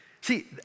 See